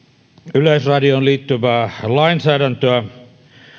yleisradioon liittyvää lainsäädäntöä